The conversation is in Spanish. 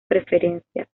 preferencias